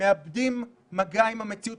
שמאבדים מגע עם המציאות,